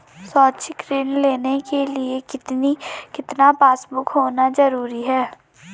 शैक्षिक ऋण लेने के लिए कितना पासबुक होना जरूरी है?